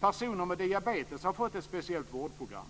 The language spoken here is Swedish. Personer med diabetes har fått ett speciellt vårdprogram.